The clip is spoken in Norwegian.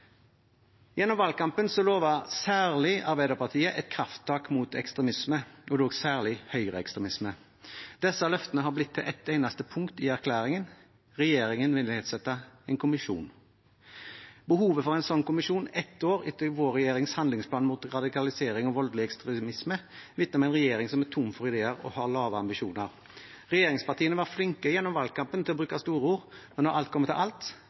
Gjennom valgkampen lovet særlig Arbeiderpartiet et krafttak mot ekstremisme, og da særlig høyreekstremisme. Disse løftene har blitt til ett eneste punkt i erklæringen: Regjeringen vil nedsette en kommisjon. Behovet for en sånn kommisjon ett år etter vår regjerings handlingsplan mot radikalisering og voldelig ekstremisme vitner om en regjering som er tom for ideer og har lave ambisjoner. Regjeringspartiene var flinke gjennom valgkampen til å bruke store ord, men når alt kommer til alt,